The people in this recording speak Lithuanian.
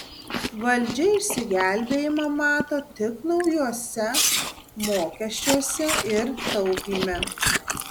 valdžia išsigelbėjimą mato tik naujuose mokesčiuose ir taupyme